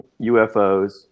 UFOs